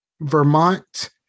Vermont